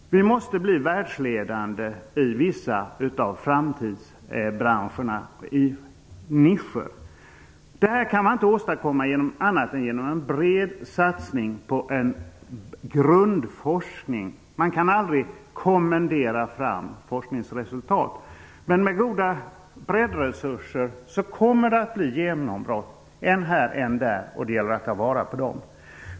Vi måste bli världsledande i vissa av framtidsbranscherna i nischer. Det här kan man inte åstadkomma på något annat sätt än genom en bred satsning på grundforskningen. Man kan aldrig kommendera fram forskningsresultat, men med goda breddresurser kommer det att bli genombrott, än här och än där, och det gäller att ta vara på dem.